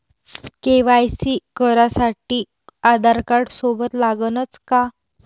KYC करासाठी आधारकार्ड सोबत लागनच का?